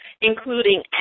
including